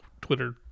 Twitter